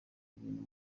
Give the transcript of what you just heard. ibintu